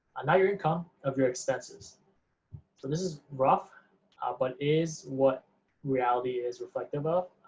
not your income, of your expenses. so this is rough ah but is what reality is reflective of.